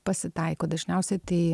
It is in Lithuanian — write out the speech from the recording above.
pasitaiko dažniausiai tai